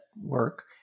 work